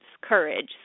courage